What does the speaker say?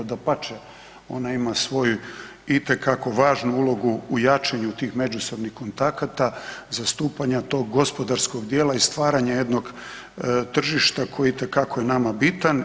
Dapače, ona ima svoju itekako važnu ulogu u jačanju tih međusobnih kontakata, zastupanja tog gospodarskog dijela i stvaranja jednog tržišta koji itekako je nama bitan.